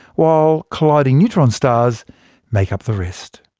while colliding neutron stars make up the rest.